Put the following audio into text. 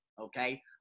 okay